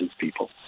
people